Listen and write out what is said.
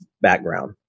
background